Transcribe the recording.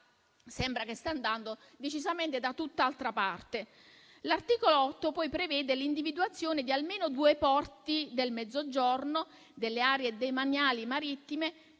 dunque che stia andando decisamente da tutt'altra parte. L'articolo 8 prevede poi l'individuazione di almeno due porti del Mezzogiorno, delle aree demaniali marittime,